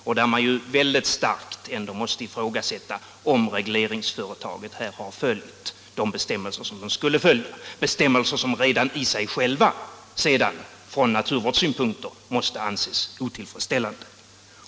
Där måste man ändå väldigt starkt ifrågasätta om regleringsföretagen har följt de bestämmelser som skulle följas — bestämmelser som redan i sig själva från naturvårdssynpunkter måste anses otillfredsställande.